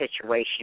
situation